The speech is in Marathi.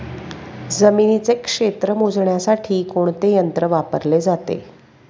जमिनीचे क्षेत्र मोजण्यासाठी कोणते यंत्र वापरले जाते?